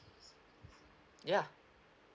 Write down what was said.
ya